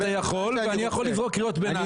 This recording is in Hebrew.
אתה יכול ואני יכול לקרוא קריאות ביניים.